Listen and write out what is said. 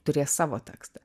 turės savo tekstą